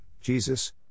Jesus